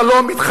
אתה לא מתחלק.